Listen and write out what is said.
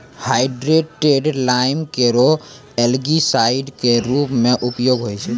hydrated lime केरो algicide क रूप म उपयोग होय छै